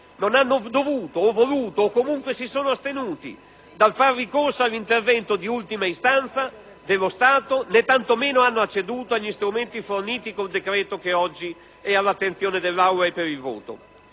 non hanno dovuto o voluto o comunque si sono astenuti dal far ricorso all'intervento di ultima istanza dello Stato, né tanto meno hanno acceduto agli strumenti forniti col decreto che oggi è all'attenzione dell'Aula.